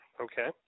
Okay